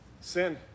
Sin